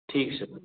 ठीक सर